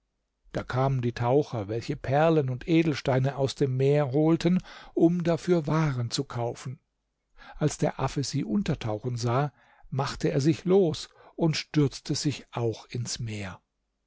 da kamen die taucher welche perlen und edelsteine aus dem meer holten um dafür waren zu kaufen als der affe sie untertauchen sah machte er sich los und stürzte sich auch ins meer